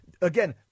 again